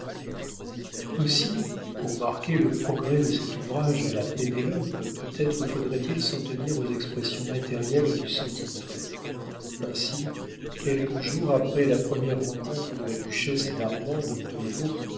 aussi pour marquer le progrès de cet ouvrage à la pénélope peut-être faudrait-il s'en tenir aux expressions matérielles du sentiment ainsi quelques jours après la première rencontre de la duchesse et d'armand de montriveau